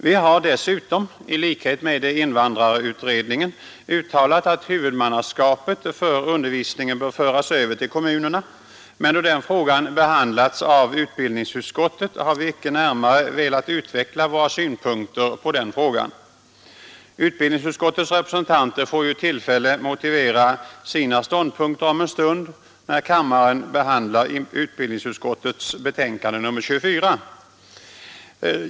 Vi har dessutom, i likhet med invandrarutredningen, uttalat att huvudmannaskapet för undervisningen bör föras över till kommunerna, men då den frågan behandlats av utbildningsutskottet, har vi icke närmare velat utveckla våra synpunkter på den. Utbildningsutskottets representanter får ju tillfälle att motivera sina ståndpunkter om en stund, när kammaren behandlar utbildningsutskottets betänkande nr 24.